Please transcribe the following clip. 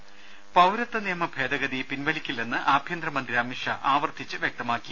ദേദ പൌരത്വ നിയമ ഭേദഗതി പിൻവലിക്കില്ലെന്ന് ആഭ്യന്തരമന്ത്രി അമിത്ഷാ ആവർത്തിച്ചു വ്യക്തമാക്കി